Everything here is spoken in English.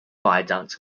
viaduct